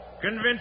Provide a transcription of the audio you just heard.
Convince